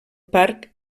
parc